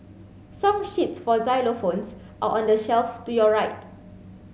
song sheets for xylophones are on the shelf to your right